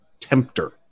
tempter